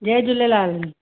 Jay Jhulelal